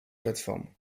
plateforme